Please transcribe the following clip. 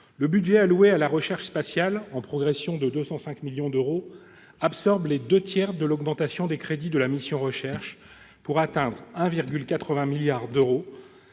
le budget alloué à la recherche spatiale, en progression de 205 millions d'euros, absorbe les deux tiers de l'augmentation des crédits du volet « recherche », pour atteindre 1,8 milliard d'euros.